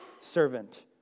servant